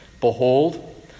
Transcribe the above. Behold